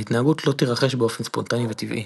ההתנהגות לא תירכש באופן ספונטני וטבעי.